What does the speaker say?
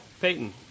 Peyton